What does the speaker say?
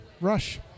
Rush